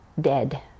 dead